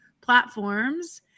platforms